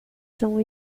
são